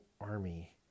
army